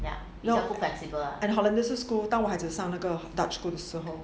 and 荷兰的 school 带我孩子上那个 dutch school 的时候